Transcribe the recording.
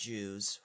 Jews